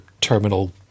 terminal